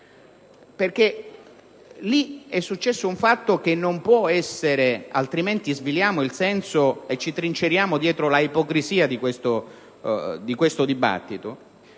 caso è successo un fatto che non può essere taciuto, altrimenti sviliamo il senso e ci trinceriamo dietro l'ipocrisia di questo dibattito.